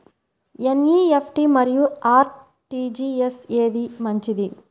NEFT మరియు RTGS ఏది మంచిది?